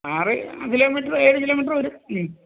ആറ് കിലോമീറ്റർ ഏഴ് കിലോമീറ്റർ വരും ഉം